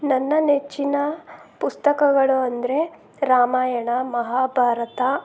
ನನ್ನ ನೆಚ್ಚಿನ ಪುಸ್ತಕಗಳು ಅಂದರೆ ರಾಮಾಯಣ ಮಹಾಭಾರತ